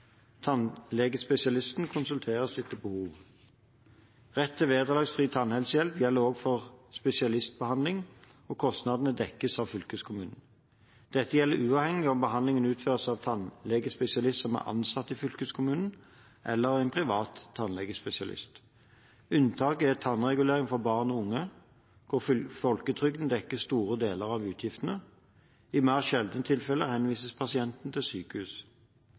Tannlegespesialisten konsulteres etter behov. Rett til vederlagsfri tannhelsehjelp gjelder også for spesialistbehandling, og kostnadene dekkes av fylkeskommunen. Dette gjelder uavhengig av om behandlingen utføres av en tannlegespesialist som er ansatt i fylkeskommunen, eller av en privat tannlegespesialist. Unntaket er tannregulering for barn og unge, der folketrygden dekker store deler av utgiftene. I mer sjeldne tilfeller henvises pasienten til sykehus.